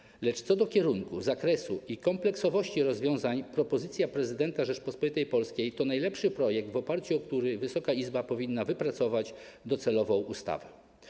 Natomiast jeśli chodzi o kierunek, zakres i kompleksowość rozwiązań, to propozycja prezydenta Rzeczypospolitej Polskiej to najlepszy projekt, w oparciu o który Wysoka Izba powinna wypracować docelową ustawę.